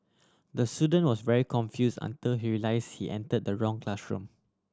the student was very confuse enter he realise he enter the wrong classroom